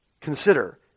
Consider